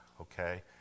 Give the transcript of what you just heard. okay